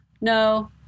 no